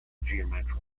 geometric